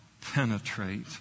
penetrate